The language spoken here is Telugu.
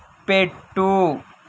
పెట్టు